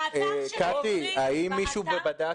באתר של האוניברסיטה העברית כתוב קמפוס.